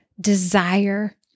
desire